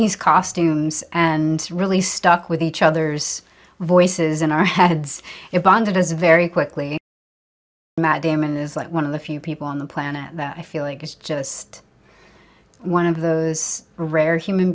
these costumes and really stuck with each other's voices in our heads it bonded as a very quickly matt damon is like one of the few people on the planet that i feel like it's just one of those rare human